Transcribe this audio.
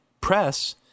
press